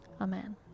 Amen